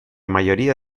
mayoría